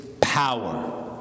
power